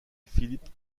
philippe